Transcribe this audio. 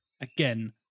again